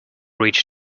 reach